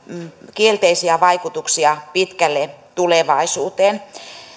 kielteisiä vaikutuksia pitkälle tulevaisuuteen